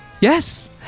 Yes